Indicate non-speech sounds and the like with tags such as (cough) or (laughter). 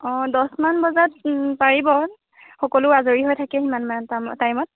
অঁ দছ মান বজাত পাৰিব সকলো আজৰি হৈ থাকিম (unintelligible) টাইমত